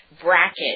bracket